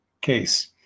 case